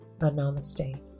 namaste